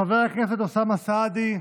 חבר הכנסת אוסאמה סעדי,